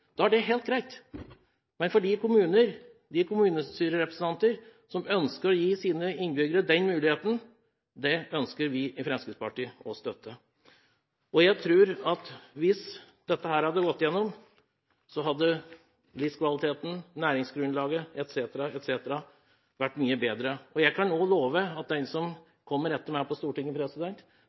da er det helt greit. Men Fremskrittspartiet ønsker å støtte de kommuner og kommunestyrerepresentanter som ønsker å gi sine innbyggere den muligheten. Jeg tror at hvis dette hadde gått igjennom, hadde livskvaliteten, næringsgrunnlaget etc. vært mye bedre. Jeg kan også love at den som kommer etter meg på Stortinget,